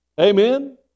Amen